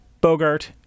Bogart